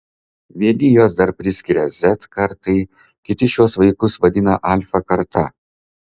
vieni juos dar priskiria z kartai kiti šiuos vaikus vadina alfa karta